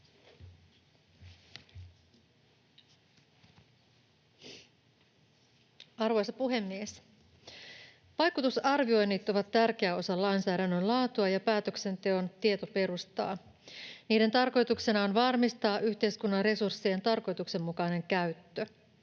Arvoisa puhemies! Vaikutusarvioinnit ovat tärkeä osa lainsäädännön laatua ja päätöksenteon tietoperustaa. Niiden tarkoituksena on varmistaa yhteiskunnan resurssien tarkoituksenmukainen käyttö.